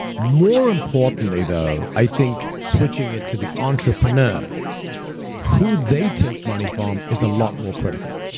more importantly, though, i think switching it to the entrepreneur who they take money from is a lot more critical.